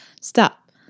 stop